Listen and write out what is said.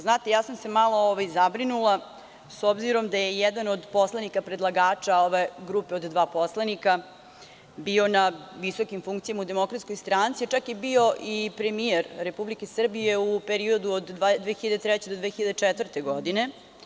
Znate, malo sam se zabrinula, s obzirom da je jedan od poslanika predlagača, ove grupe od dva poslanika, bio na visokim funkcijama u DS, čak je bio i premijer Republike Srbije od 2003. do 2004. godine.